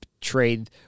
trade